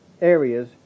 areas